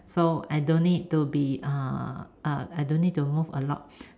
so I don't need to be uh I don't need to move a lot